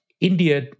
India